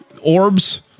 orbs